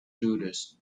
judas